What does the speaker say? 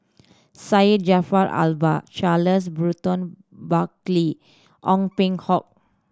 Syed Jaafar Albar Charles Burton Buckley Ong Peng Hock